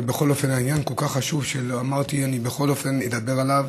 אבל בכל אופן העניין כל כך חשוב שאמרתי שאני בכל אופן אדבר עליו,